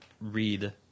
read